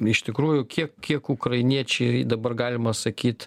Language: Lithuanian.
iš tikrųjų kiek kiek ukrainiečiai dabar galima sakyt